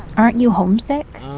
aren't you homesick?